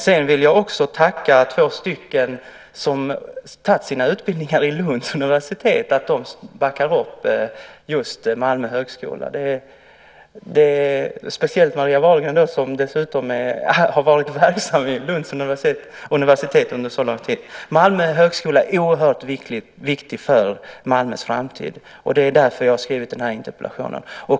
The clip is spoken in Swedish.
Sedan vill jag tacka två personer som har tagit sina utbildningar vid Lunds universitet för att de backar upp just Malmö högskola. Det gäller speciellt Marie Wahlgren som dessutom har varit verksam vid Lunds universitet under en så lång tid. Malmö högskola är oerhört viktig för Malmös framtid. Det är därför som jag har skrivit den här interpellationen.